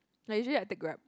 like usually I take Grab